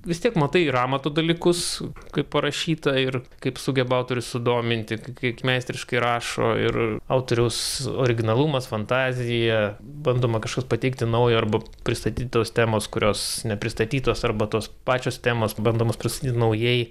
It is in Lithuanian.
vis tiek matai ir amato dalykus kaip parašyta ir kaip sugeba autorius sudominti kaip meistriškai rašo ir autoriaus originalumas fantazija bandoma kažkas pateikti naujo arba pristatytos temos kurios nepristatytos arba tos pačios temos bandomos pristatyti naujai